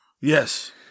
Yes